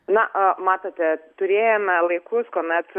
na matote turėjome laikus kuomet